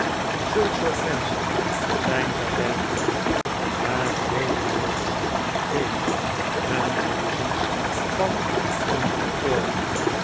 zulk soort menschen zijn zij werkelijk maar redeloos vee en wezens van een andere orde